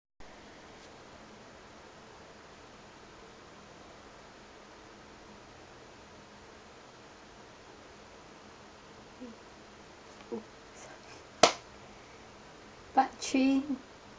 oh part three